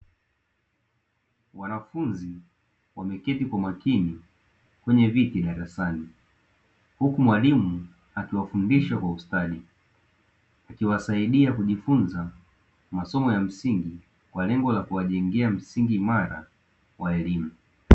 Wanafunzi wameketi kwa umakini kwenye viti darasani huku mwalimu akifundisha kwa ustadi wa hali ya juu, akiwasaidia kujifunza masomo ya msingi kwa lengo la kuwajengea msingi imara wa elimu.